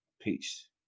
Peace